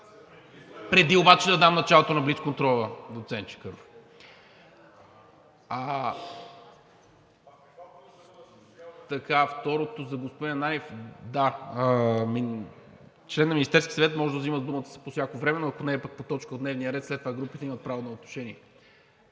Преди обаче да дам началото на блицконтрола, доцент Чакъров. За господин Ананиев. Член на Министерския съвет може да взема думата по всяко време, но ако не е по точка от дневния ред, след това групите имат право на отношение.